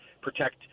protect